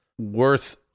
worth